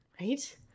Right